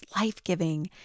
life-giving